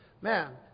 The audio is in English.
Man